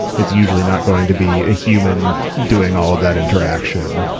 it's usually not going to be a human doing all that interaction.